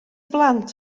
blant